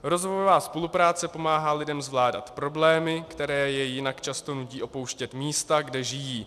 Rozvojová spolupráce pomáhá lidem zvládat problémy, které je jinak často nutí opouštět místa, kde žijí.